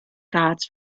gods